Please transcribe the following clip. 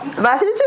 Matthew